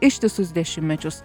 ištisus dešimtmečius